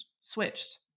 switched